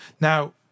Now